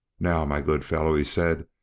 now, my good fellow, he said,